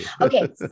Okay